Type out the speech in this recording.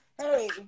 Hey